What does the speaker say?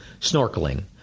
snorkeling